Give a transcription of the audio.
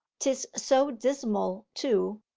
tis so dismal, too,